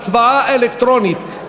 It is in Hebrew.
הצבעה אלקטרונית.